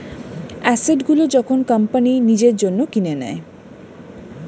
asset গুলো যখন company নিজের জন্য কিনে নেয়